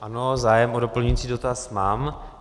Ano, zájem o doplňující dotaz mám.